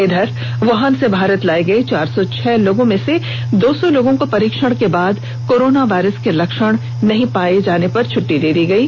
इधर वुहान से भारत लाये गये चार सौ छह लोगों में से दो सौ लोगों को परीक्षण के बाद कोरोना वायरस के लक्षण नहीं पाये जाने पर छुट्टी दे दी गयी